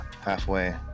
halfway